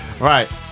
Right